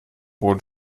boden